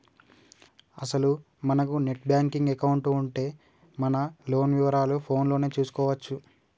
అసలు మనకు net banking account ఉంటే మన లోన్ వివరాలు ఫోన్ లోనే చూసుకోవచ్చు